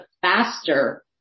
faster